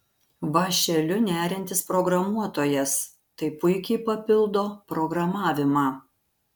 vąšeliu neriantis programuotojas tai puikiai papildo programavimą